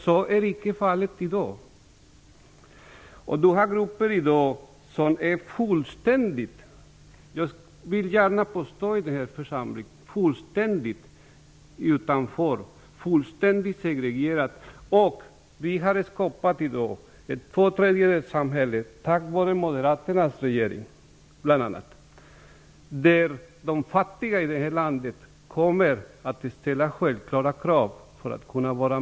Så är icke fallet i dag. I dag finns det - det vill jag gärna påstå i den här församlingen - grupper som är fullständigt utanför, fullständigt segregerade. Vi har i dag, bl.a. på grund av Moderaternas regering, ett tvåtredjedelssamhälle, där de fattiga kommer att ställa självklara krav på att kunna delta.